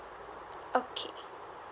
okay